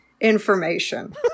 Information